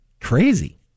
crazy